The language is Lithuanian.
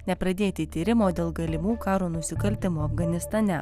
nepradėti tyrimo dėl galimų karo nusikaltimų afganistane